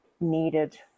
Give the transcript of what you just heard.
needed